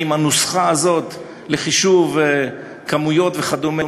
אם הנוסחה הזאת לחישוב כמויות וכדומה,